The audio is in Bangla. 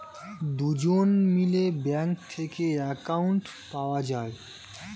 দুজন মিলে ব্যাঙ্ক থেকে অ্যাকাউন্ট পাওয়া যায়